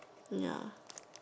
ya